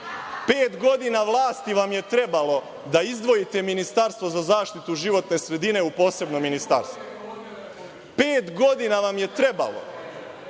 godina vlasti vam je trebalo da izdvojite ministarstvo za zaštitu životne sredine u posebno ministarstvo. Pet godina vam je trebalo